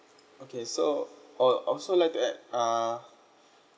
okay so oh also like to add uh